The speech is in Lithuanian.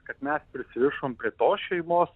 kad mes pririšom prie to šeimos